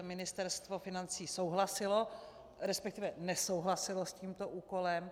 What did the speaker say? Ministerstvo financí souhlasilo, resp. nesouhlasilo s tímto úkolem.